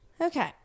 Okay